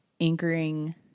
anchoring